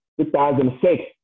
2006